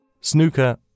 Snooker